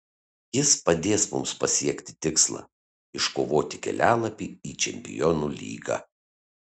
jis padės mums pasiekti tikslą iškovoti kelialapį į čempionų lygą